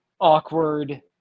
awkward